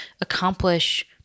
accomplish